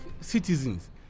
citizens